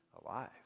alive